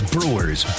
Brewers